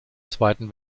zweiten